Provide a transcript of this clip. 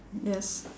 yes